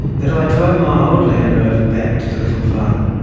that i drove my old landrover back to the little farm.